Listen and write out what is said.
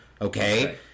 okay